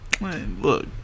Look